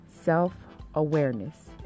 self-awareness